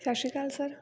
ਸਤਿ ਸ਼੍ਰੀ ਅਕਾਲ ਸਰ